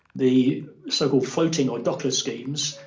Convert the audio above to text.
the so-called floating or dockless schemes,